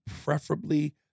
preferably